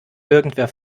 irgendwer